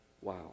Wow